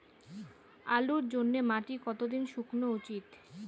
আলুর জন্যে মাটি কতো দিন শুকনো উচিৎ?